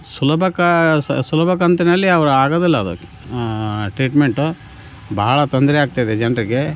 ಸುಲಭ ಕ ಸುಲಭ ಕಂತಿನಲ್ಲಿ ಅವರು ಆಗೋದಿಲ್ಲ ಅದಕ್ಕೆ ಟ್ರೀಟ್ಮೆಂಟು ಭಾಳ ತೊಂದರೆ ಆಗ್ತದೆ ಜನರಿಗೆ